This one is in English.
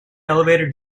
elevator